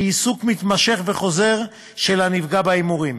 שהיא עיסוק מתמשך וחוזר של הנפגע בהימורים.